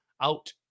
out